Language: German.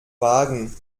wagen